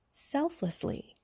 Selflessly